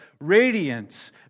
radiance